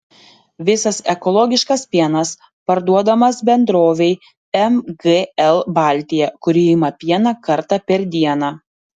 visas ekologiškas pienas parduodamas bendrovei mgl baltija kuri ima pieną kartą per dieną